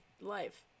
life